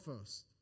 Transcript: first